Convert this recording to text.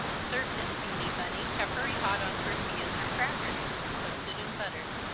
serve this beany bunny peppery hot on tortillas or crackers, toasted and buttered.